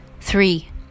three